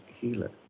healer